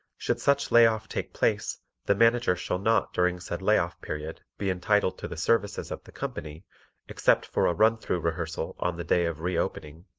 should such lay off take place the manager shall not during said lay-off period be entitled to the services of the company except for a run-through rehearsal on the day of re-opening,